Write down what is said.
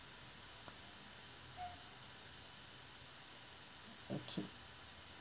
okay